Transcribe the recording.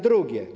Drugie.